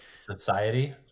Society